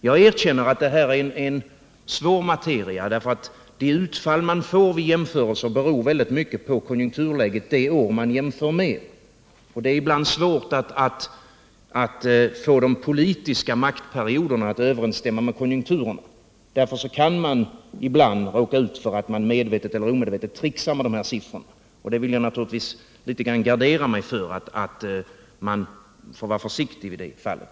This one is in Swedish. Jag erkänner att det här är en svår materia därför att det utfall man får vid jämförelser beror väldigt mycket på konjunkturläget det år man jämför med. Och det är ibland svårt att få de politiska maktperioderna att överensstämma med konjunkturen. Därför kan man ibland råka ut för att man — medvetet eller omedvetet —tricksar med de här siffrorna. Jag vill naturligtvis gardera mig för detta och säga att man får vara försiktig.